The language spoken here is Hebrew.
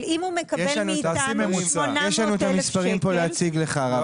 אבל אם הוא מקבל מאיתנו 800,000 שקל --- כמה